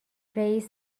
رییس